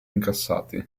incassati